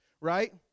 right